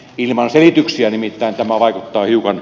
ilman selityksiä nimittäin tämä vaikuttaa hiukan